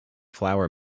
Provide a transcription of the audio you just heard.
flour